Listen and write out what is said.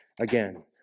again